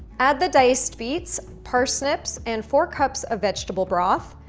add the diced beets, parsnips and four cups of vegetable broth,